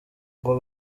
ngo